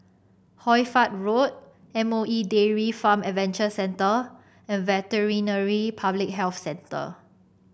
Hoy Fatt Road M O E Dairy Farm Adventure Centre and Veterinary Public Health Centre